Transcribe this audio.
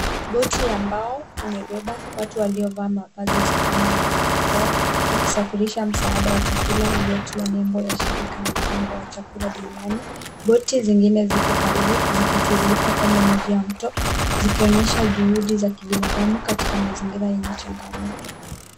Boti ya mbao imebeba watu waliovaa mavazi ya usalama na barakoa wakisafirisha msaada wa chakula uliyotiwa nembo ya shirika la mpango ya chakula duniani. Boti zingine ziko karibu zikitiririka kwenye maji ya mto zikionyesha juhudi za kibinadamu katika mazingira yenye changamoto.